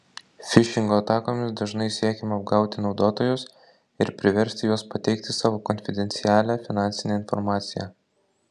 fišingo atakomis dažnai siekiama apgauti naudotojus ir priversti juos pateikti savo konfidencialią finansinę informaciją